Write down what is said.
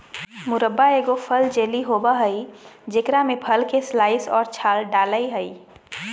मुरब्बा एगो फल जेली होबय हइ जेकरा में फल के स्लाइस और छाल डालय हइ